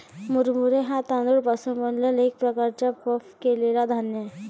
मुरमुरे हा तांदूळ पासून बनलेला एक प्रकारचा पफ केलेला धान्य आहे